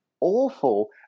awful